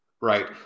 right